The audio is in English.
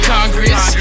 Congress